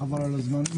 חבל על הזמן?